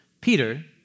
Peter